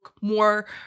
more